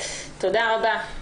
תודה רבה.